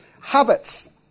habits